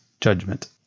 judgment